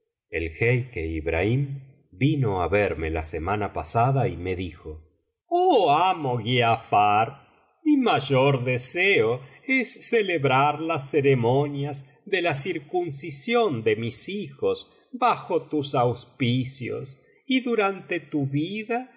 jeique ibrahim vino á verme la semana pasada y me dijo oh amo griafar mi mayor deseo es celebrar las ceremonias de la circuncisión de mis hijos bajo tus auspicios y durante tu vida